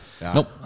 nope